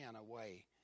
away